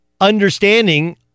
understanding